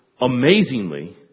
Amazingly